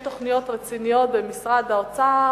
יש תוכניות רציניות במשרד האוצר,